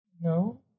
No